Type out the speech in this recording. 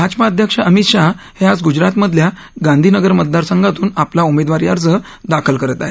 भाजपा अध्यक्ष अमित शहा हे आज गुजरातमधल्या गांधीनगर मतदारसंघातून आपला उमेदवारी अर्ज दाखल करत आहेत